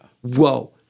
Whoa